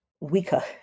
weaker